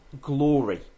glory